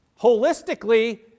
holistically